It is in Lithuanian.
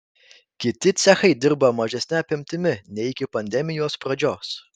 kiti cechai dirba mažesne apimtimi nei iki pandemijos pradžios